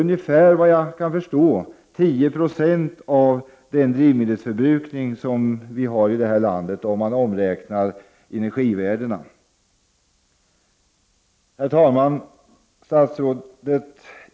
Såvitt jag kan förstå är det ungefär 10 76, om man omräknar energivärdena, av drivmedelsförbrukning i det här landet. Herr talman!